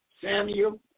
samuel